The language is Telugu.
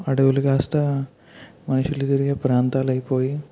అడవులు కాస్తా మనుషులు తిరిగే ప్రాంతాలైపోయి